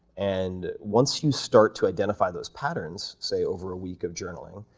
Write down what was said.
and once you start to identify those patterns, say, over a week of journaling,